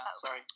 sorry